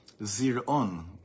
zir'on